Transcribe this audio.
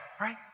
right